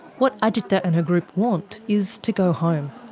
what agitda and her group want is to go home.